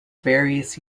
various